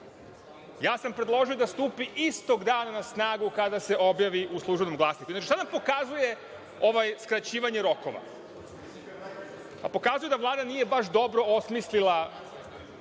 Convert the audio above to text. Ja sam predložio da stupi istog dana na snagu kada se objavi u „Službenom glasniku“.Šta nam pokazuje skraćivanje rokova? Pokazuje da Vlada nije baš dobro osmislila